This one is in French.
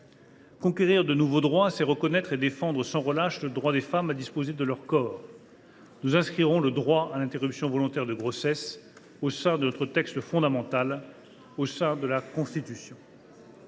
Conquérir de nouveaux droits, c’est reconnaître et défendre sans relâche le droit des femmes à disposer de leur corps. Nous inscrirons le droit à l’interruption volontaire de grossesse au sein de notre texte fondamental, la Constitution.